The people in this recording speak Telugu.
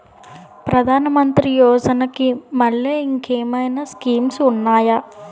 ప్రధాన మంత్రి యోజన కి మల్లె ఇంకేమైనా స్కీమ్స్ ఉన్నాయా?